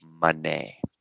money